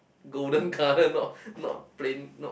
golden colour not not plain not